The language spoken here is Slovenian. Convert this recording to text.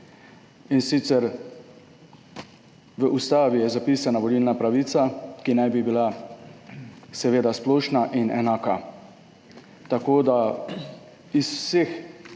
In sicer v Ustavi je zapisana volilna pravica, ki naj bi bila seveda splošna in enaka, tako da iz vseh